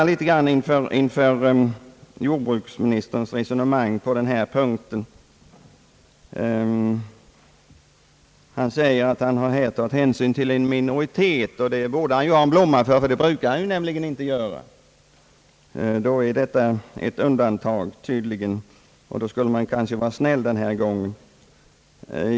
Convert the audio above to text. Låt mig stanna något inför jordbruksministerns resonemang på denna punkt. Han säger att han här tagit hänsyn till en minoritet, och det bör han ha en blomma för, ty det brukar han nämligen inte göra! Detta är tydligen ett undantag, och man kanske därför skulle vara snäll denna gång.